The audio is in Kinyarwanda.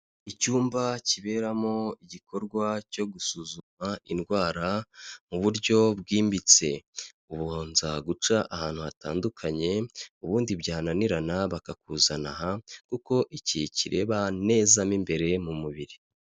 Icyumba kiberamo igikorwa cyo gusuzuma indwara mu buryo bwimbitse, ubanza guca ahantu hatandukanye ubundi byananirana bakakuzana aha kuko iki kireba neza mo imbere mu mubiri.